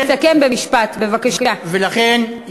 שתעלה את הדברים ותעלה את הבעיות.